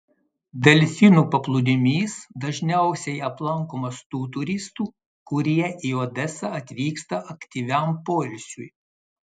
delfinų paplūdimys dažniausiai aplankomas tų turistų kurie į odesą atvyksta aktyviam poilsiui